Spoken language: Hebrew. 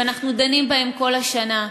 ואנחנו דנים בהם כל השנה,